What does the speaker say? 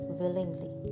willingly